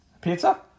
pizza